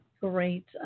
Great